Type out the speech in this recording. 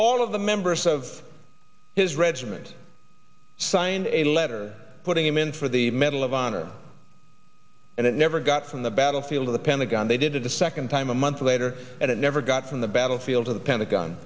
all of the members of his regiment signed a letter putting him in for the medal of honor and it never got from the battlefield to the pentagon they did it the second time a month later and it never got from the battlefield to the pentagon